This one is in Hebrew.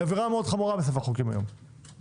היום היא עבירה מאוד חמורה בספר החוקים אבל